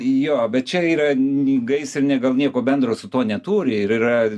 jo bet čia yra gaisrinė gal nieko bendro su tuo neturi ir yra